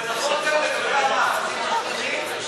זה נכון גם לגבי המאחזים בשטחים?